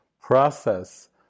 process